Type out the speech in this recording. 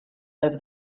over